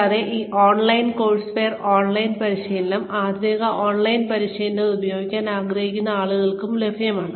കൂടാതെ ഈ online courseware online പരിശീലനം ആധികാരിക ഓൺലൈൻ പരിശീലനം ഇത് ഉപയോഗിക്കാൻ ആഗ്രഹിക്കുന്ന ആളുകൾക്കും ലഭ്യമാണ്